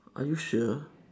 are you sure